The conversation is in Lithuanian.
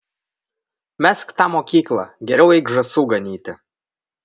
mesk tą mokyklą geriau eik žąsų ganyti